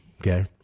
Okay